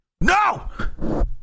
No